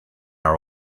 our